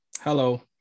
Hello